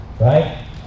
Right